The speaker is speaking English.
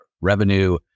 revenue